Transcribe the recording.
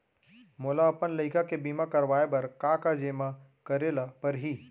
मोला अपन लइका के बीमा करवाए बर का का जेमा करे ल परही?